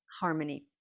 harmony